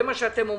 זה מה שאתם אומרים.